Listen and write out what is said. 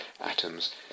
atoms